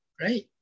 right